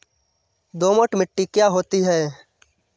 दोमट मिट्टी क्या होती हैं?